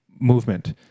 movement